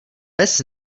pes